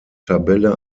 tabelle